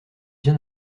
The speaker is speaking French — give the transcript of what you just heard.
bien